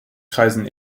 kreisen